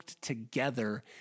together